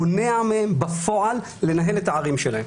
מונע מהם בפועל לנהל את הערים שלהם.